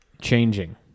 changing